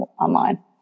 online